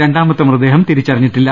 രണ്ടാമത്തെ മൃതദേഹം തിരിച്ചറിഞ്ഞിട്ടില്ല